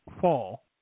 fall